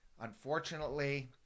unfortunately